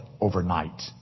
overnight